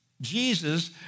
Jesus